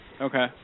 Okay